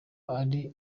ari